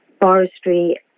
forestry